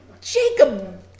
Jacob